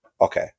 Okay